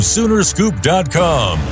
Soonerscoop.com